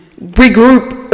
regroup